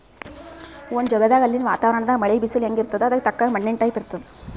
ಒಂದ್ ಜಗದಾಗ್ ಅಲ್ಲಿನ್ ವಾತಾವರಣದಾಗ್ ಮಳಿ, ಬಿಸಲ್ ಹೆಂಗ್ ಇರ್ತದ್ ಅದಕ್ಕ್ ತಕ್ಕಂಗ ಮಣ್ಣಿನ್ ಟೈಪ್ ಇರ್ತದ್